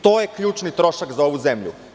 To je ključni trošak za ovu zemlju.